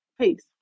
Peace